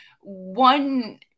one